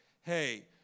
hey